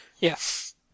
Yes